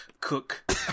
Cook